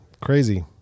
crazy